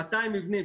200 מבנים,